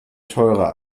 teurer